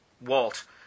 Walt